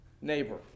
neighbor